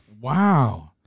Wow